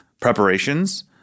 preparations